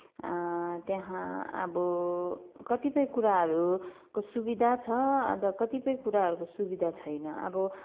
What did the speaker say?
त्यहाँ अब कतिपय कुराहरूको सुविधा छ अन्त कतिपय कुराहरूको सुविधा छैन अब